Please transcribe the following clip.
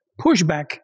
pushback